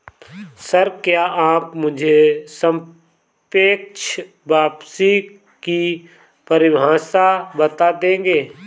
Sir, क्या आप मुझे सापेक्ष वापसी की परिभाषा बता देंगे?